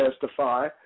testify